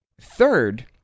third